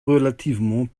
relativement